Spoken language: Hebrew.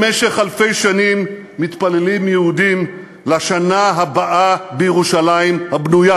במשך אלפי שנים מתפללים יהודים "לשנה הבאה בירושלים הבנויה"